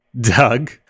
doug